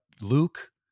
Luke